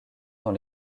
dans